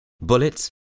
Bullets